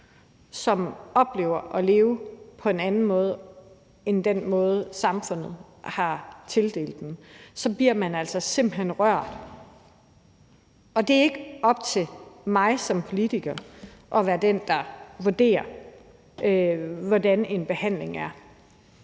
som oplever at leve på en anden måde end den måde, samfundet har tildelt dem at leve på, bliver man altså simpelt hen rørt. Og det er ikke op til mig som politiker at være den, der vurderer, hvordan en behandling er.